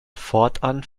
fortan